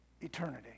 eternity